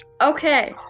Okay